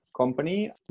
company